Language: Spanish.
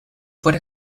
fuera